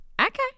Okay